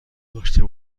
داشته